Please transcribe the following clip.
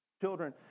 children